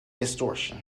distortion